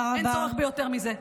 אין צורך ביותר מזה.